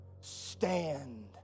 stand